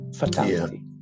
fatality